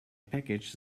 package